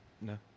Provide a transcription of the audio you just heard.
No